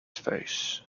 face